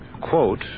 quote